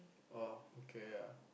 oh okay ah